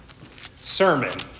sermon